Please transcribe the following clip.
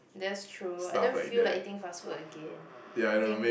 that's true I don't feel like eating fast food again I think